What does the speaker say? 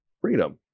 freedom